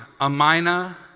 Amina